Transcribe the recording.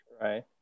Right